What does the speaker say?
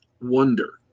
wonder